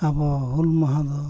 ᱟᱵᱚ ᱦᱩᱞ ᱢᱟᱦᱟ ᱫᱚ